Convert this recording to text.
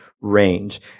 range